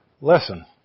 lesson